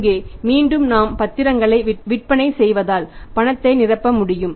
இங்கே மீண்டும் நாம் பத்திரங்களை விற்பனை செய்வதால் பணத்தை நிரப்ப முடியும்